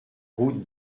route